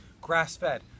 grass-fed